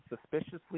suspiciously